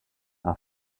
are